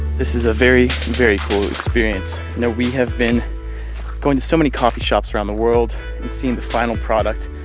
this is a very, very cool experience. we have been going to so many coffee shops around the world and seeing the final product,